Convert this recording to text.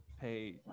pay